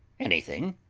anything!